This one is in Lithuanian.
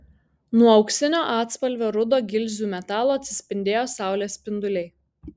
nuo auksinio atspalvio rudo gilzių metalo atsispindėjo saulės spinduliai